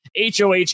HOH